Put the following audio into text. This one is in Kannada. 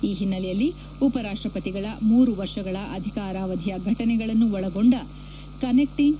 ಈ ಹಿನ್ನೆಲೆಯಲ್ಲಿ ಉಪ ರಾಷ್ಟಪತಿಗಳ ಮೂರು ವರ್ಷಗಳ ಅಧಿಕಾರಾವಧಿಯ ಘಟನೆಗಳನ್ನು ಒಳಗೊಂಡ ಕನೆಕ್ಟಿಂಗ್